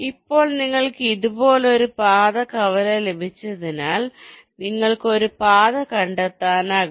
ഇപ്പോൾ നിങ്ങൾക്ക് ഇതുപോലൊരു പാത കവല ലഭിച്ചതിനാൽ നിങ്ങൾക്ക് ഒരു പാത കണ്ടെത്താനാകും